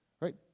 Right